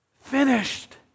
finished